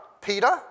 Peter